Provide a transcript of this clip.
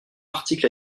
article